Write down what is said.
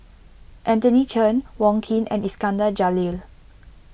Anthony Chen Wong Keen and Iskandar Jalil